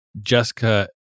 Jessica